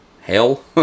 hell